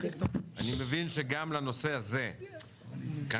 אני מבין שגם לנושא הזה כרגע